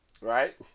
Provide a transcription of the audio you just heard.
right